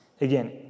again